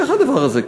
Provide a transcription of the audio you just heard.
איך הדבר הזה קורה?